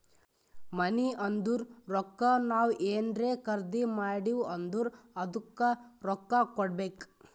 ಮನಿ ಅಂದುರ್ ರೊಕ್ಕಾ ನಾವ್ ಏನ್ರೇ ಖರ್ದಿ ಮಾಡಿವ್ ಅಂದುರ್ ಅದ್ದುಕ ರೊಕ್ಕಾ ಕೊಡ್ಬೇಕ್